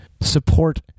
Support